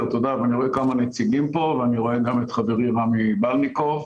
כמה נציגים פה ואני רואה גם את חברי רמי בלניקוב.